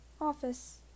office